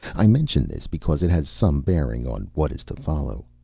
i mention this because it has some bearing on what is to follow.